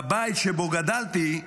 בבית שבו גדלתי,